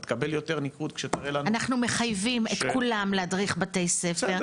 אתה תקבל יותר ניקוד ש --- אנחנו מחייבים את כולם להדריך בתי ספר,